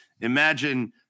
Imagine